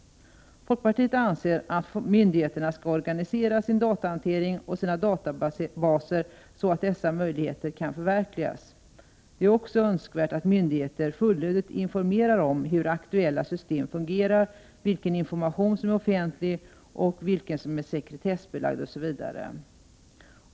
Folkpartiet anser att myndigheterna skall organisera sin datahantering och sina databaser så att dessa möjligheter kan förverkligas. Det är också önskvärt att myndigheter fullödigt informerar om hur aktuella system fungerar, vilken information som är offentlig och vilken som är sekretessbelagd osv.